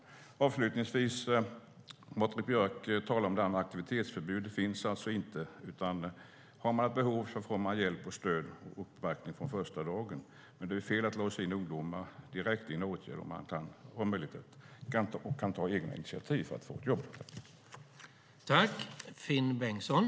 Patrik Björck talade om aktivitetsförbud. Det finns inte. Om det finns ett behov går det att få hjälp, stöd och uppbackning från första dagen. Men det är fel att låsa in ungdomar direkt i en åtgärd om det är möjligt för dem att ta egna initiativ för att få ett jobb.